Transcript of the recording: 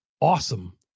awesome